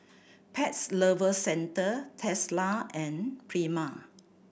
Pets Lover Centre Tesla and Prima